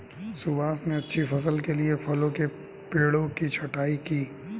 सुभाष ने अच्छी फसल के लिए फलों के पेड़ों की छंटाई की